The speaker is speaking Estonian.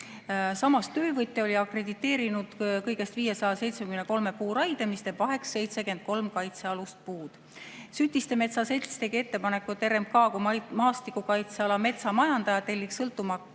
Samas, töövõtja oli akrediteerinud kõigest 573 puu raide, mis teeb 873 kaitsealust puud. Sütiste Metsa Selts tegi ettepaneku, et RMK kui maastikukaitseala metsa majandaja telliks sõltumatu